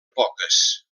poques